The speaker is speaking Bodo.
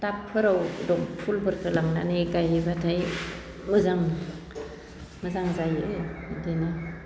टाबफोराव फुलफोरखो लांनानै गायोब्लाथाय मोजां मोजां जायो इदिनो